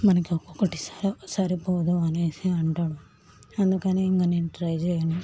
మనకి ఒకొకటి సరిపోదు అనేసి అంటాడు అందుకని ఇంక నేను ట్రై చేయను